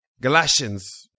Galatians